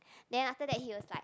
then after that he was like